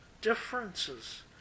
differences